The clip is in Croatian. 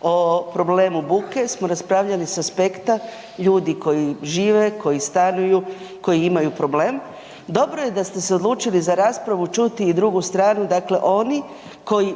o problemu buke smo raspravljali sa aspekta ljudi koji žive, koji stanuju, koji imaju problem, dobro je da ste se odlučili za raspravu čuti i drugu stranu, dakle oni koji